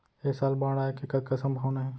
ऐ साल बाढ़ आय के कतका संभावना हे?